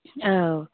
औ